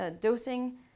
dosing